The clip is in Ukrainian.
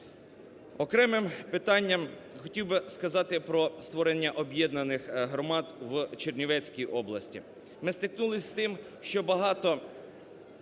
Окремим питання хотів би сказати про створення об'єднаних громад в Чернівецькій області. Ми стикнулися з тим, що багато